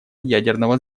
ядерного